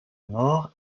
mort